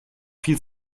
viel